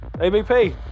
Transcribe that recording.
ABP